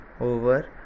over